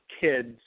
kids